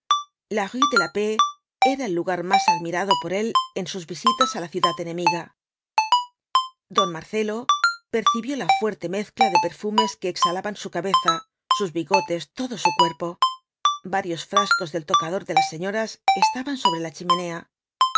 la rué de la paix era el lugar más admirado por él en sus visitas á la ciudad enemiga don marcelo percibió la fuerte mezcla de perfumes que exhalaban su cabeza sus bigotes todo su cuerpo varios frascos del tocador de las señoras estaban sobre la chimenea